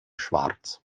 schwarz